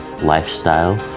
lifestyle